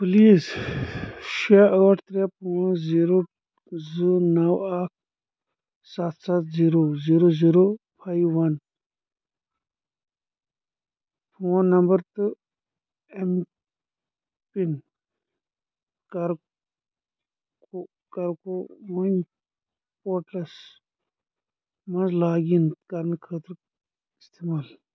please شےٚ ٲٹھ ترٛےٚ پانژھ زیٖرو زٕ نو اکھ سَتھ سَتھ zero zero zero five one phone number تہٕ ایم پِن کر کو کر کووٕن پورٹلس مَنٛز لاگ اِن کرنہٕ خٲطرٕ استعمال